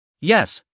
Yes